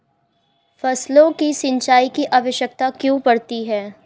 फसलों को सिंचाई की आवश्यकता क्यों पड़ती है?